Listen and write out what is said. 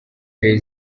jay